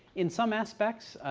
in some aspects,